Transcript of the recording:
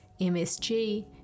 MSG